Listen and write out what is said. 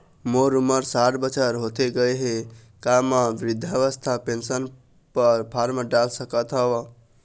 मोर उमर साठ बछर होथे गए हे का म वृद्धावस्था पेंशन पर फार्म डाल सकत हंव?